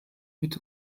mit